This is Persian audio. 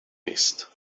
نیست